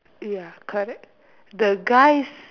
ya correct the guys